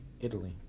Italy